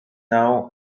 now